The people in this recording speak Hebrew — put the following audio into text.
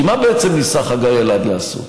מה, בעצם, ניסה חגי אלעד לעשות?